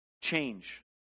change